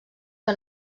que